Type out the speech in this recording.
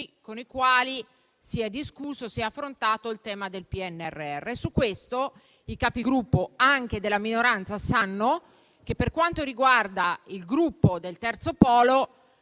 con i quali si è discusso e affrontato il tema del PNRR e su questo i Capigruppo, anche della minoranza, sanno che il Gruppo del terzo polo